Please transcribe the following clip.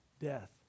death